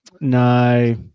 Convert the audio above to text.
No